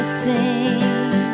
sing